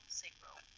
sacral